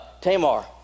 Tamar